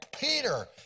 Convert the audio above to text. Peter